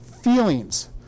feelings